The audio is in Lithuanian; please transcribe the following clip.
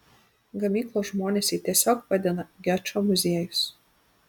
gamyklos žmonės jį tiesiog vadina gečo muziejus